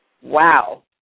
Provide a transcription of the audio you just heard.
Wow